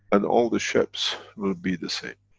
and all the ships will be the same.